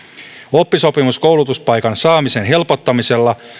oppisopimuskoulutuspaikan saamisen helpottamisella